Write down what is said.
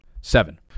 seven